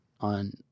on